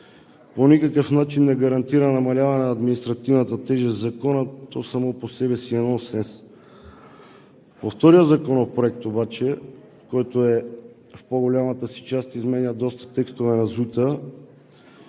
по никакъв начин не гарантира намаляване на административната тежест в закон, то само по себе си е нонсенс. По втория законопроект обаче, който в по-голямата си част изменя доста текстове на ЗУТ-а,